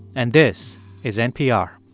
and this is npr